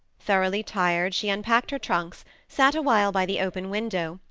thoroughly tired, she unpacked her trunks, sat awhile by the open window,